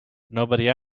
nobody